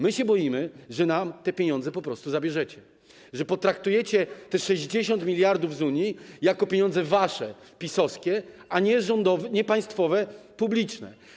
My się boimy, że nam te pieniądze po prostu zabierzecie, że potraktujecie te 60 mld z Unii jako pieniądze wasze, PiS-owskie, a nie państwowe, publiczne.